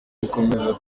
gukomereza